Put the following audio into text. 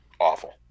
Awful